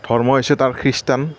ধৰ্ম হৈছে তাৰ খ্ৰীষ্টান